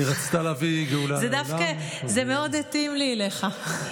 זה דווקא מאוד התאים לי אליך.